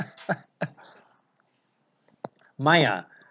mine ah